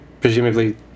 presumably